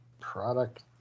product